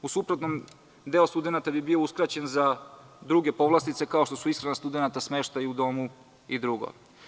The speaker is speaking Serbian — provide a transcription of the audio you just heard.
U suprotnom, deo studenata bi bio uskraćen za druge povlastice, kao što su ishrana studenata, smeštaj u domu i drugo.